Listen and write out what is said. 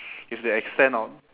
if they extend our